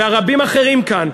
ורבים אחרים כאן.